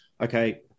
okay